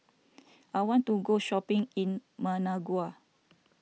I want to go shopping in Managua